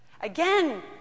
Again